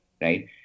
right